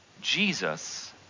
Jesus